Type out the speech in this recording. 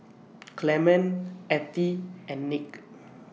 Clement Ethie and Nick